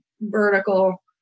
vertical